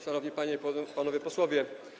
Szanowni Panie i Panowie Posłowie!